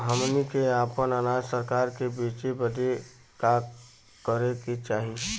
हमनी के आपन अनाज सरकार के बेचे बदे का करे के चाही?